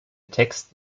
text